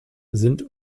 sind